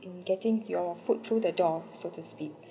in getting your food through the door so to speak